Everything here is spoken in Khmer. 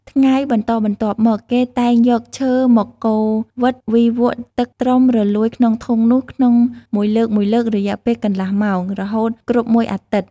ថ្ងៃបន្តបន្ទាប់មក គេតែងយកឈើមកកូរវិត វីវក់ទឹកត្រុំរលួយក្នុងធុងនោះក្នុងមួយលើកៗ រយៈពេលកន្លះម៉ោង រហូតគ្រប់មួយអាទិត្យ។